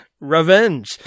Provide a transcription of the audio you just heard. revenge